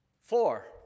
Four